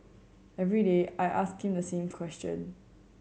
every day I ask him the same question